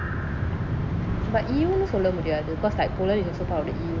but E_U சொல்ல முடியாது:solla mudiyathu cos like poland is also part of the E_U